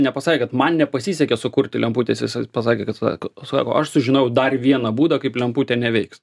nepasakė kad man nepasisekė sukurti lemputės jisai pasakė kad va sako aš sužinojau dar vieną būdą kaip lemputė neveiks